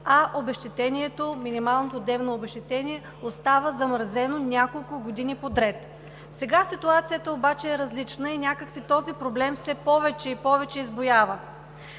а минималното дневно обезщетение остава замразено няколко години подред. Сега ситуацията обаче е различна и някак си този проблем все повече и повече избуява.